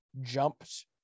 jumped